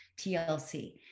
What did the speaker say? tlc